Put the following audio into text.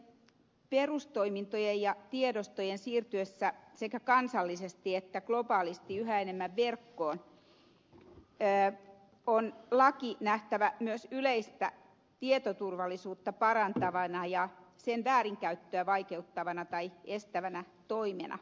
yhteiskuntien perustoimintojen ja tiedostojen siirtyessä sekä kansallisesti että globaalisti yhä enemmän verkkoon on laki nähtävä myös yleistä tietoturvallisuutta parantavana ja sen väärinkäyttöä vaikeuttavana tai estävänä toimena